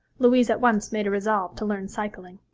louise at once made a resolve to learn cycling.